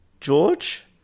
George